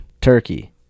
Turkey